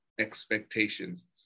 expectations